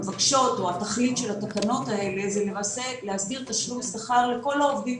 התכלית של התקנות האלה היא להסדיר תשלום שכר לכל העובדים